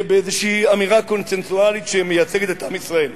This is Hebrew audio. באיזו אמירה קונסנזואלית שמייצגת את עם ישראל.